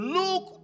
look